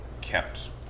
kept